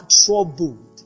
troubled